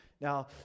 Now